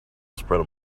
spread